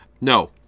No